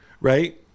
right